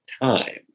time